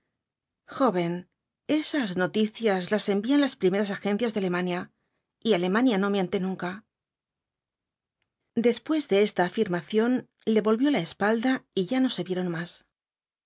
joven esas noticias las enrían las primeras agencias de alemania y alemania no miente nunca después de esta afirmación le volvió la espalda y ya no se vieron más